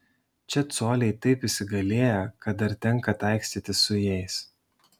čia coliai taip įsigalėję kad dar tenka taikstytis su jais